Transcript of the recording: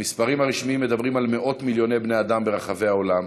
המספרים הרשמיים מדברים על מאות מיליוני בני אדם ברחבי העולם,